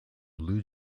blue